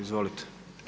Izvolite.